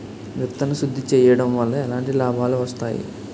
విత్తన శుద్ధి చేయడం వల్ల ఎలాంటి లాభాలు వస్తాయి?